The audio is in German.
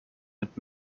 mit